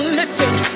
lifting